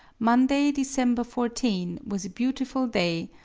monday, december fourteen, was a beautiful day,